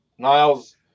Niles